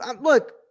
look